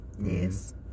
Yes